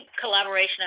collaboration